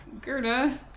Gerda